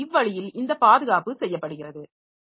எனவே இவ்வழியில் இந்த பாதுகாப்பு செய்யப்படுகிறது